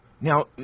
Now